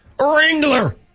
Wrangler